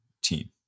team